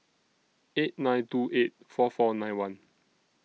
eight nine two eight four four nine one